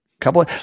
couple